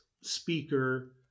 speaker